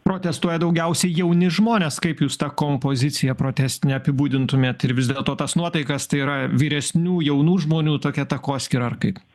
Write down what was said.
protestuoja daugiausiai jauni žmonės kaip jūs tą kompoziciją protestinę apibūdintumėt ir vis dėlto tas nuotaikas tai yra vyresnių jaunų žmonių tokia takoskyra ar kaip